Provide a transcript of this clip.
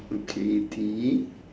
okay T